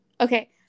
okay